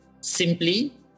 Simply